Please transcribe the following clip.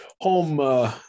home